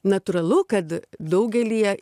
natūralu kad daugelyje